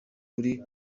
turi